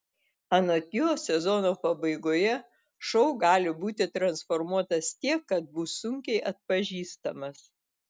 anot jo sezono pabaigoje šou gali būti transformuotas tiek kad bus sunkiai atpažįstamas